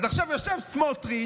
אז עכשיו יושב סמוטריץ',